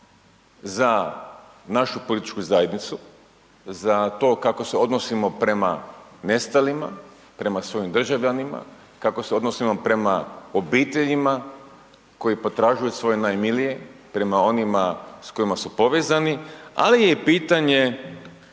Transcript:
za našu političku zajednicu, za to kako se odnosimo prema nestalima, prema svojim državljanima, kako se odnosimo prema obiteljima koji potražuju svoje najmilije, prema onima s kojima su povezani, ali je i pitanje